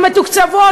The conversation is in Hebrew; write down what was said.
מתוקצבות,